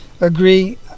agree